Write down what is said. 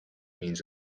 means